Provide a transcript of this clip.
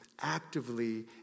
actively